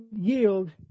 yield